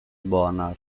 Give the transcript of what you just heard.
bonard